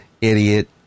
idiot